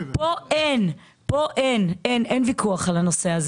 אין ויכוח על הנושא הזה.